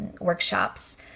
workshops